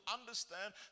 understand